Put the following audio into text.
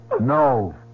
no